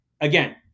again